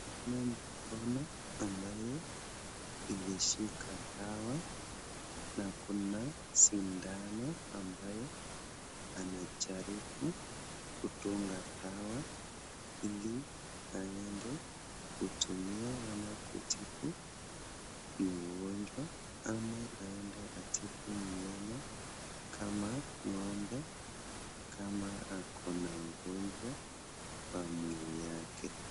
Naona mkono ambaye ilishika dawa, na kuna sindano, ambayo anajaribu kudunga dawa, ili aende kutumia ama kutibu mgonjwa, ama aende atibu mnyama kama ngombe, kama ako na ugonjwa kwa mwili yake.